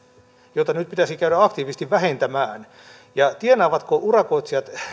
joita nyt pitäisi käydä aktiivisesti vähentämään ja tienaavatko urakoitsijat